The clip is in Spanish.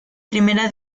primera